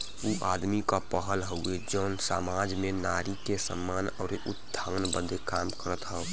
ऊ आदमी क पहल हउवे जौन सामाज में नारी के सम्मान आउर उत्थान बदे काम करत हौ